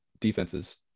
defenses